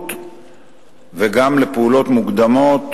ההתנתקות וגם לפעולות מוקדמות,